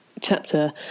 chapter